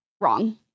Wrong